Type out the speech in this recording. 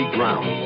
Ground